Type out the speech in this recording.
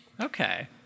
Okay